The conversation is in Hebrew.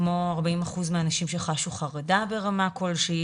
כמו 40% מהנשים שחשו חרדה שחשו חרדה ברמה כלשהי